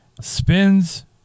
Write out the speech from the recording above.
spins